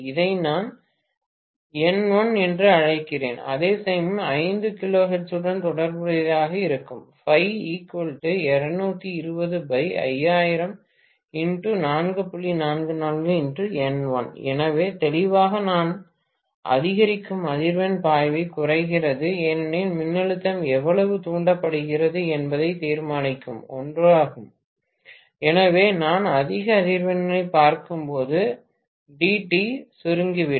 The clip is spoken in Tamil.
இதை நான் N1 என்று அழைக்கிறேன் அதேசமயம் 5 கிலோஹெர்ட்ஸுடன் தொடர்புடையதாக இருக்கும் எனவே தெளிவாக நான் அதிகரிக்கும் அதிர்வெண் பாய்வு குறைகிறது ஏனெனில் மின்னழுத்தம் எவ்வளவு தூண்டப்படுகிறது என்பதை தீர்மானிக்கும் ஒன்றாகும் எனவே நான் அதிக அதிர்வெண்ணைப் பார்க்கும்போது dt சுருங்கிவிடும்